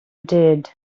did